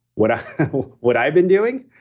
what ah what i've been doing,